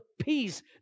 peace